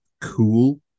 cool